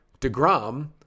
DeGrom